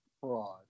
fraud